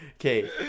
Okay